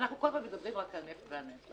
אנחנו כלן הזמן מדברים רק על נפט ועל נפט.